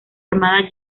armada